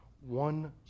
one